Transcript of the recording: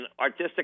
artistic